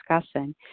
discussing